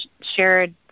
shared